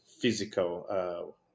physical